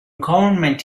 government